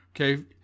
Okay